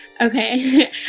Okay